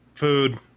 food